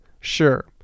sure